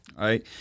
right